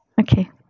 Okay